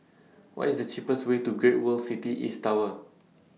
What IS cheapest Way to Great World City East Tower